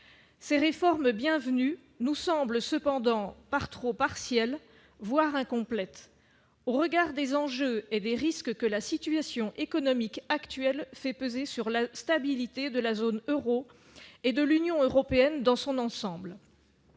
ces réformes bienvenue nous semble cependant par trop partielle voire incomplètes au regard des enjeux et des risques que la situation économique actuelle fait peser sur la stabilité de la zone Euro et de l'Union européenne dans son ensemble,